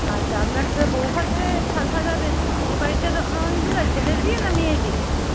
আচ্ছা আপনার তো বউভাতে সাজাবেন তো বিয়েবাড়ি তো নয়ই জুলাই ছেলের বিয়ে না মেয়ের বিয়ে